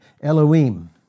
Elohim